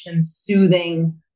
soothing